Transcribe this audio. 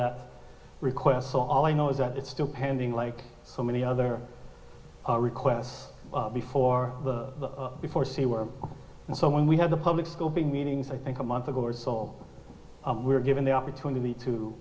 that request so all i know is that it's still pending like so many other requests before the before say were and so when we had a public scoping meeting i think a month ago or so we're given the opportunity to